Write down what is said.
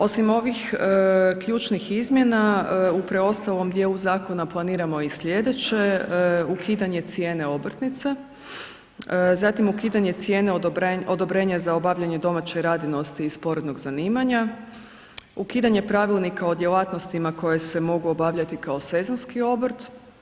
Osim ovih ključnih izmjena, u preostalom dijelu zakona planiramo i sljedeće, ukidanje cijene obrtnice, zatim ukidanje cijene odobrenja za obavljanje domaće radinosti i sporednog zanimanja, ukidanje Pravilnika o djelatnostima koje se mogu obavljati kao sezonski obrt.